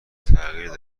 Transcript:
تغییر